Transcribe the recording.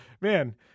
man